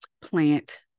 plant